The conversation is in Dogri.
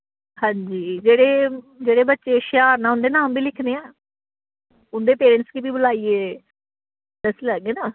अंजी जेह्ड़े जेह्ड़े बच्चे होशियार उंदे नां बी लिखने आं इंदे पेरेंट्स गी बी बुलाइयै दस्सी लैगे ना